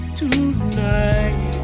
tonight